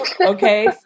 Okay